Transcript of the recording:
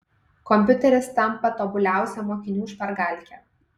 kompiuteris tampa tobuliausia mokinių špargalke